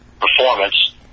performance